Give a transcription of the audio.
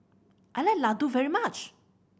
I like Ladoo very much